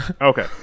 okay